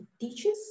teaches